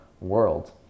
world